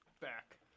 back